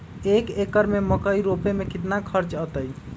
एक एकर में मकई रोपे में कितना खर्च अतै?